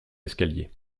escaliers